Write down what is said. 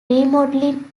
remodeling